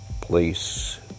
police